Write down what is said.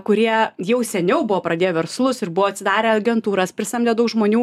kurie jau seniau buvo pradėję verslus ir buvo atsidarę agentūras prisamdę daug žmonių